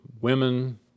women